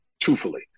truthfully